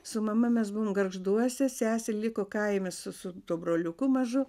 su mama mes buvom gargžduose sesė liko kaime su su broliuku mažu